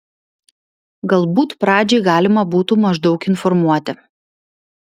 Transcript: galbūt pradžiai galima būtų maždaug informuoti